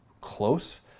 close